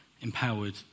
empowered